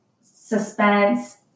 suspense